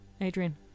Adrian